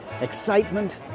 excitement